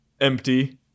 empty